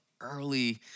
early